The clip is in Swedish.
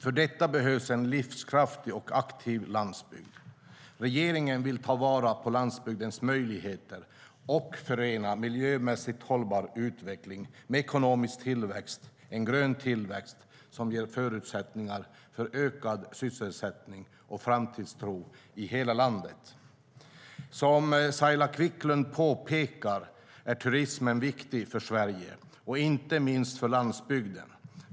För detta behövs en livskraftig och aktiv landsbygd. Regeringen vill ta vara på landsbygdens möjligheter och förena en miljömässigt hållbar utveckling med ekonomisk tillväxt - en grön tillväxt - som ger förutsättningar för ökad sysselsättning och framtidstro i hela landet. Som Saila Quicklund påpekar är turismen viktig för Sverige, och inte minst för landsbygden.